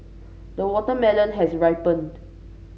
the watermelon has ripened